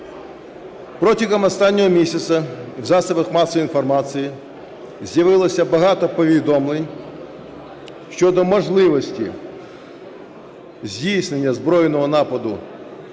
Протягом останнього місяця в засобах масової інформації з'явилося багато повідомлень щодо можливості здійснення збройного нападу